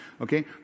Okay